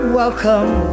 welcome